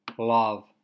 love